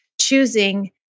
choosing